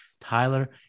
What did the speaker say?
Tyler